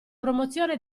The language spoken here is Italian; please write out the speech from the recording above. promozione